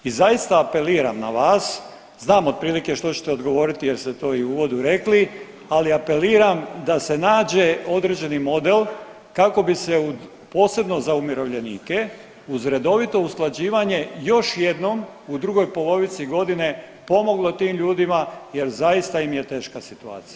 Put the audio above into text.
I zaista apeliram na vas, znam otprilike što ćete odgovoriti jer ste to i u uvodu rekli, ali apeliram da se nađe određeni model kako bi se u posebno za umirovljenike, uz redovito usklađivanje još jednom u drugoj polovici godine pomoglo tim ljudima jer zaista im je teška situacija.